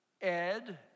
Ed